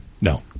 No